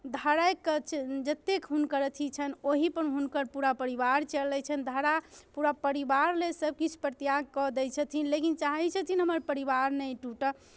धराकेँ जतेक हुनकर अथि छनि ओहीपर हुनकर पूरा परिवार चलै छनि धरा पूरा परिवार लेल सभकिछु परित्याग कऽ दै छथिन लेकिन चाहै छथिन हमर परिवार नहि टूटय